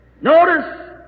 Notice